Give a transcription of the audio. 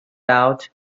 out